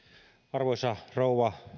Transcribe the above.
arvoisa rouva